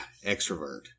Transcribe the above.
extrovert